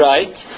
Right